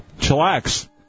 Chillax